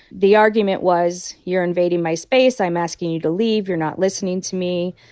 the argument was, you're invading my space. i'm asking you to leave. you're not listening to me.